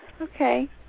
Okay